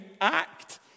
act